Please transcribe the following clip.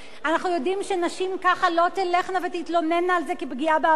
אנחנו יודעים שנשים ככה לא תלכנה ותתלוננה על זה כפגיעה בעבודה,